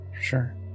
sure